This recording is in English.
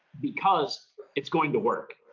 because it's going to work.